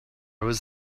was